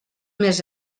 més